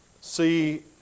see